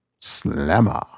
slammer